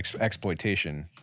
exploitation